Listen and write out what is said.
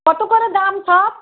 কত করে দাম গো